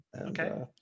okay